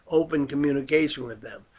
open communication with them.